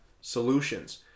solutions